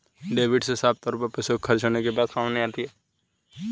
debit से साफ तौर पर पैसों के खर्च होने के बात सामने आती है